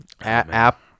app